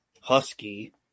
husky